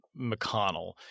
McConnell